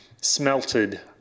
smelted